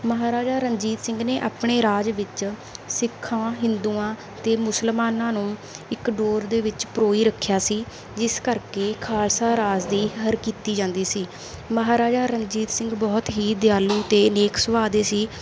ਮਹਾਰਾਜਾ ਰਣਜੀਤ ਸਿੰਘ ਨੇ ਆਪਣੇ ਰਾਜ ਵਿੱਚ ਸਿੱਖਾਂ ਹਿੰਦੂਆਂ ਅਤੇ ਮੁਸਲਮਾਨਾਂ ਨੂੰ ਇੱਕ ਡੋਰ ਦੇ ਵਿੱਚ ਪਰੋਈ ਰੱਖਿਆ ਸੀ ਜਿਸ ਕਰਕੇ ਖਾਲਸਾ ਰਾਜ ਦੀ ਹਰ ਕੀਤੀ ਜਾਂਦੀ ਸੀ ਮਹਾਰਾਜਾ ਰਣਜੀਤ ਸਿੰਘ ਬਹੁਤ ਹੀ ਦਿਆਲੂ ਅਤੇ ਨੇਕ ਸੁਭਾਅ ਦੇ ਸੀ